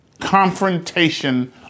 confrontation